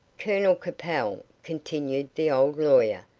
colonel capel, continued the old lawyer,